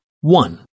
One